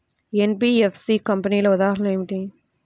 NBFC కంపెనీల ఉదాహరణ ఏమిటి?